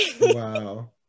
Wow